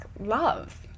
love